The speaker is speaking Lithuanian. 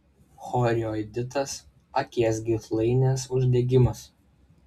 chorioiditas akies gyslainės uždegimas